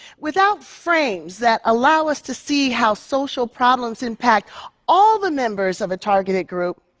without frames that allow us to see how social problems impact all the members of a targeted group,